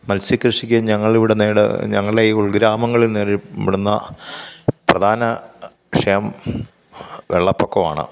മത്സ്യക്കൃഷിക്ക് ഞങ്ങളിവിടെ നേട് ഞങ്ങളെ ഈ ഉള്ഗ്രാമങ്ങളില് നേരിടുന്ന പ്രധാന വിഷയം വെള്ളപ്പൊക്കവാണ്